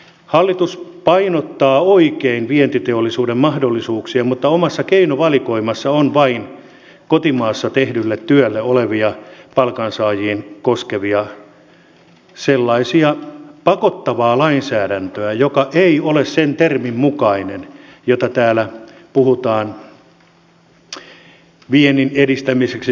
hallitus painottaa oikein vientiteollisuuden mahdollisuuksia mutta sen omassa keinovalikoimassa on vain kotimaassa tehtyä työtä ja sellaista palkansaajia koskevaa pakottavaa lainsäädäntöä joka ei ole sen termin mukainen josta täällä puhutaan viennin edistämisenä taikka vetovoimatekijänä